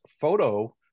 photo